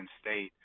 State